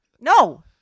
no